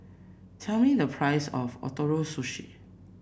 tell me the price of Ootoro Sushi